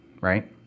right